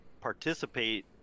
participate